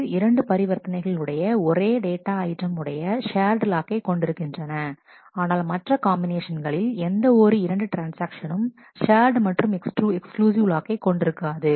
இது இரண்டு பரிவர்த்தனைகள் உடைய ஒரே டேட்டா ஐட்டம் உடைய ஷேர்டு லாக்கை கொண்டிருக்கின்றன ஆனால் மற்ற காம்பினேஷன்களில் எந்த ஒரு இரண்டு ட்ரான்ஸ்ஆக்ஷனும் ஷேர்டு மற்றும் எக்ஸ்க்ளூசிவ் லாக்கை கொண்டிருக்காது